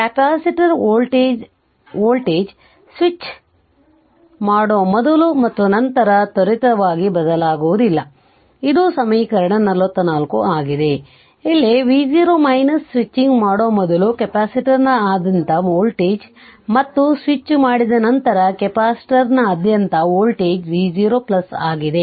capacitor voltage switch ಮಾಡುವ ಮೊದಲು ಮತ್ತು ನಂತರತ್ವರಿತವಾಗಿ ಬದಲಾವುದಿಲ್ಲ ಇದು ಸಮೀಕರಣ 44 ಆಗಿದೆ ಇಲ್ಲಿ v0 ಸ್ವಿಚಿಂಗ್ ಮಾಡುವ ಮೊದಲು ಕೆಪಾಸಿಟರ್ನಾದ್ಯಂತ ವೋಲ್ಟೇಜ್ ಮತ್ತು ಸ್ವಿಚ್ ಮಾಡಿದ ನಂತರ ಕೆಪಾಸಿಟರ್ನಾದ್ಯಂತ ವೋಲ್ಟೇಜ್ v0 ಆಗಿದೆ